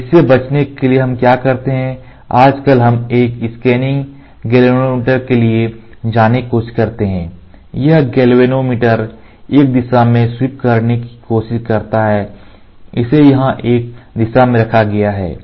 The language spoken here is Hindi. इसलिए इससे बचने के लिए कि हम क्या करते हैं आजकल हम एक स्कैनिंग गैल्वेनोमीटर के लिए जाने की कोशिश करते हैं यह गैल्वेनोमीटर एक दिशा में स्वीप करने की कोशिश करता है इसे यहाँ एक दिशा में रखा गया है